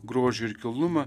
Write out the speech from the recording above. grožį ir kilnumą